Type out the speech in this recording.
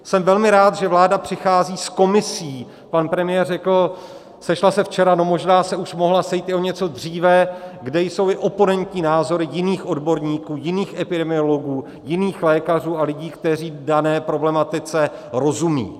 Jsem velmi rád, že vláda přichází s komisí pan premiér řekl, sešla se včera, no, možná se už mohla sejít o něco dříve kde jsou oponentní názory jiných odborníků, jiných epidemiologů, jiných lékařů a lidí, kteří dané problematice rozumí.